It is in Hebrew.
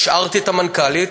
השארתי את המנכ"לית,